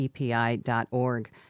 epi.org